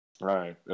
Right